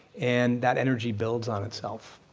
and that energy builds on itself.